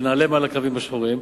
שנעלה מעל הקווים השחורים,